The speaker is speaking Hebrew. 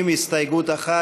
עם הסתייגות אחת.